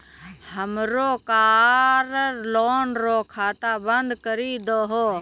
हमरो car loan रो खाता बंद करी दहो